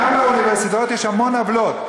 גם באוניברסיטאות יש המון עוולות.